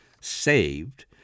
saved